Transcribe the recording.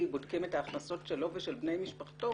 בודקים את ההכנסות שלו ושל בני משפחתו,